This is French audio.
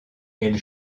elle